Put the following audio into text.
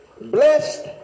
Blessed